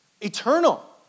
eternal